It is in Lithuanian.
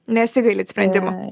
nesigailit sprendimo